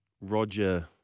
Roger